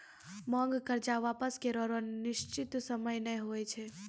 मांग कर्जा वापस करै रो निसचीत सयम नै हुवै छै